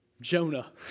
Jonah